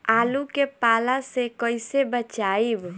आलु के पाला से कईसे बचाईब?